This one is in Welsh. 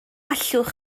allwch